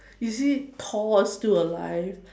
you see Thor is still alive